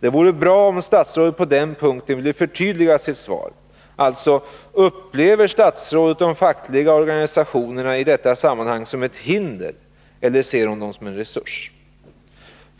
Det vore bra om statsrådet på den punkten ville förtydliga sitt svar. Alltså: Upplever statsrådet de fackliga organisationerna i detta sammanhang som ett hinder, eller ser hon dem som en resurs? 2.